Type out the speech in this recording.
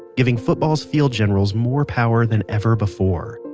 giving football's field generals more power than ever before.